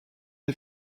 des